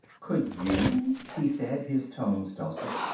could you, he said, his tones dulcet,